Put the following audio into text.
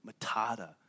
matata